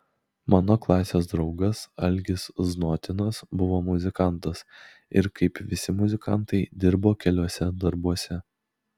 mano klasės draugas algis znotinas buvo muzikantas ir kaip visi muzikantai dirbo keliuose darbuose